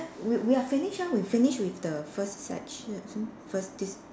we we are finish ah we finish with the first section first this